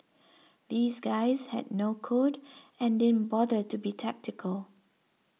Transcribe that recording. these guys had no code and didn't bother to be tactical